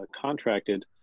contracted